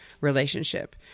relationship